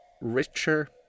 richer